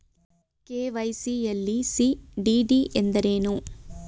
KYC ಯಲ್ಲಿ CDD ಎಂದರೇನು?